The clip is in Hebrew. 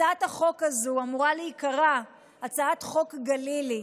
הצעת החוק הזו אמורה להיקרא "הצעת חוק גלילי",